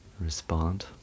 respond